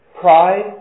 pride